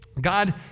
God